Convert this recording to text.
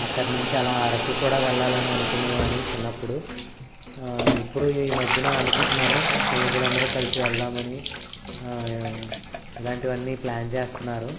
అక్కడినించి అలా అరకు కూడా వెళ్ళాలని అనుకునే వాడిని చిన్నప్పుడు ఇప్పుడు ఈ మధ్యన అనుకుంటున్నారు స్నేహితులు అందరూ కలిసి వెళ్దాం అని ఇలాంటివన్నీ ప్ల్యాన్ చేస్తున్నారు